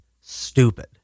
stupid